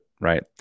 right